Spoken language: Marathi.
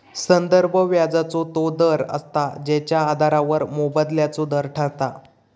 संदर्भ व्याजाचो तो दर असता जेच्या आधारावर मोबदल्याचो दर ठरता